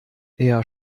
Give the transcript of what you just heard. eher